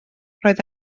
roedd